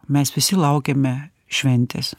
mes visi laukiame šventės